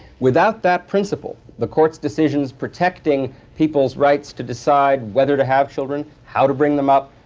without that principle, the court's decisions protecting people's rights to decide whether to have children, how to bring them up,